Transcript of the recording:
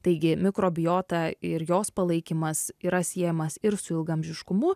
taigi mikrobiota ir jos palaikymas yra siejamas ir su ilgaamžiškumu